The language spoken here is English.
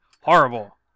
Horrible